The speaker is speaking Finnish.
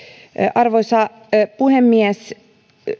arvoisa puhemies